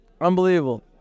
Unbelievable